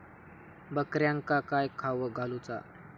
बकऱ्यांका काय खावक घालूचा?